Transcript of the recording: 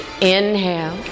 Inhale